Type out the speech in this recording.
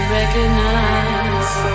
recognize